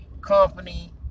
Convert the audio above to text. company